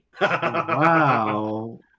Wow